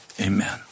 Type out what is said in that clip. Amen